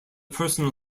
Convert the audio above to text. personal